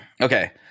Okay